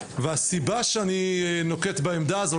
והסיבה שאני נוקט בעמדה הזו,